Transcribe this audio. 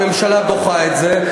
הממשלה דוחה את זה,